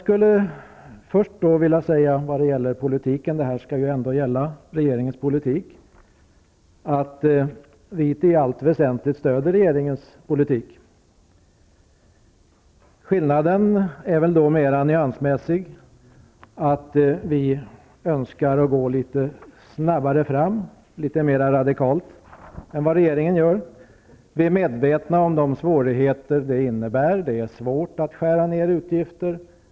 Vi stödjer i allt väsentligt regeringens politik -- den här debatten skall ju gälla regeringens politik. Skillnaderna är mer nyansmässiga. Vi önskar gå litet snabbare fram, mer radikalt än regeringen gör. Vi är medvetna om de svårigheter det innebär. Det är svårt att skära ner utgifter.